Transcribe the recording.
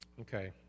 Okay